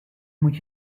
moet